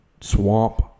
swamp